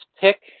pick